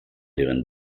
deren